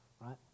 right